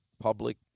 public